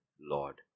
Lord